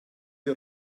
die